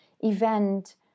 event